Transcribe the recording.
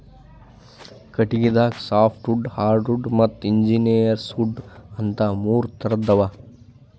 ಕಟಗಿದಾಗ softwood hardwood ಮತ್ತ್ engineered wood ಅಂತಾ ಮೂರ್ ಥರದ್ ಅವಾ